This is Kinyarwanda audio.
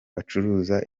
bacuruza